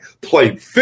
played